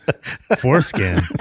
Foreskin